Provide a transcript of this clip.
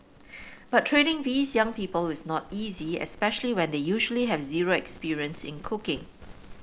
but training these young people is not easy especially when they usually have zero experience in cooking